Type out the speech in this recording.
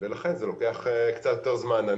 לכן זה לוקח קצת יותר זמן.